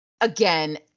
again